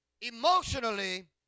emotionally